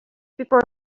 before